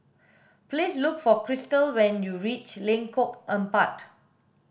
please look for Krystle when you reach Lengkong Empat